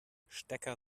stecker